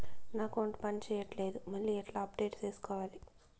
నా అకౌంట్ పని చేయట్లేదు మళ్ళీ ఎట్లా అప్డేట్ సేసుకోవాలి?